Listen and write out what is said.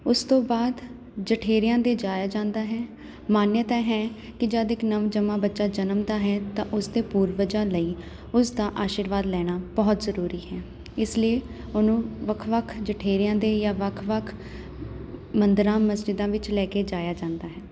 ਉਸ ਤੋਂ ਬਾਅਦ ਜਠੇਰਿਆਂ ਦੇ ਜਾਇਆ ਜਾਂਦਾ ਹੈ ਮਾਨਤਾ ਹੈ ਕਿ ਜਦ ਇੱਕ ਨਵਜੰਮਾ ਬੱਚਾ ਜਨਮਦਾ ਹੈ ਤਾਂ ਉਸ ਦੇ ਪੂਰਵਜਾਂ ਲਈ ਉਸ ਦਾ ਆਸ਼ੀਰਵਾਦ ਲੈਣਾ ਬਹੁਤ ਜ਼ਰੂਰੀ ਹੈ ਇਸ ਲਈ ਉਹਨੂੰ ਵੱਖ ਵੱਖ ਜਠੇਰਿਆਂ ਦੇ ਜਾਂ ਵੱਖ ਵੱਖ ਮੰਦਰਾਂ ਮਸਜਿਦਾਂ ਵਿੱਚ ਲੈ ਕੇ ਜਾਇਆ ਜਾਂਦਾ ਹੈ